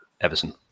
Everson